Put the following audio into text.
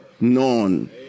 known